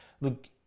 look